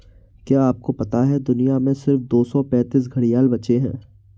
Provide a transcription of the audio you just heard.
क्या आपको पता है दुनिया में सिर्फ दो सौ पैंतीस घड़ियाल बचे है?